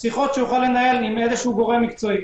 שיוכל לנהל עם גורם מקצועי.